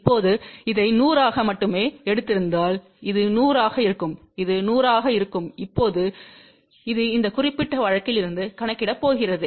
இப்போது இதை 100 ஆக மட்டுமே எடுத்திருந்தால் இது 100 ஆக இருக்கும் இது 100 ஆக இருக்கும் இப்போது இது இந்த குறிப்பிட்ட வழக்கில் இருந்து கணக்கிடப் போகிறது